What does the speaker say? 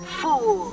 four